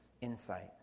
insight